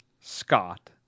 Scott